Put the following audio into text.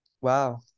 Wow